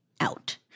out